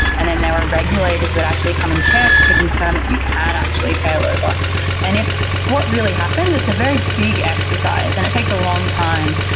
and then there are regulators that actually come and check to confirm that you can actually failover. and what really happens, it's a very big exercise and it takes a long time.